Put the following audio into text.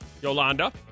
Yolanda